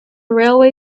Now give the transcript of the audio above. railway